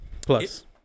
Plus